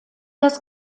das